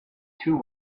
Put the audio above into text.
two